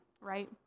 right